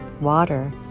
water